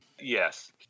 Yes